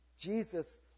Jesus